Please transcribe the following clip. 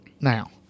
now